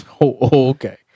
Okay